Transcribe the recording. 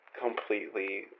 Completely